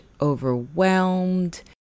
overwhelmed